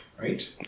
right